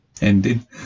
ending